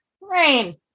Rain